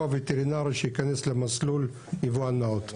הווטרינרי שייכנס למסלול יבואן נאות.